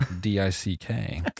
D-I-C-K